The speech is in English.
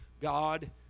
God